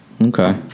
Okay